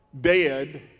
dead